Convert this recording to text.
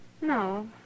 No